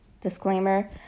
disclaimer